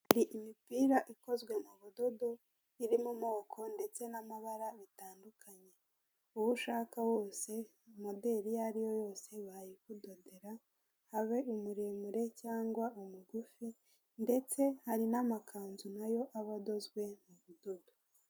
Ni imipira ikozwe mu budodo, iri mumoko ndetse n'amabara bitandukanye. uwo ushaka wose modeli iyo ari yo yose bayikudodera, abe umuremure cyangwa umugufi ndetse hari n'amakanzu nayo aba adozwe mu budodo.